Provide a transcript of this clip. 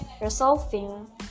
resolving